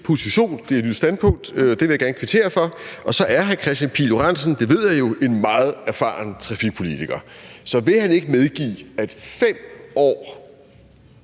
position, det er et nyt standpunkt, og det vil jeg gerne kvittere for. Og så er hr. Kristian Pihl Lorentzen, det ved jeg jo, en meget erfaren trafikpolitiker, så vil han ikke medgive, at 5 år